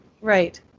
Right